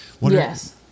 Yes